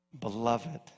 beloved